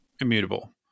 immutable